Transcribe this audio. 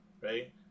right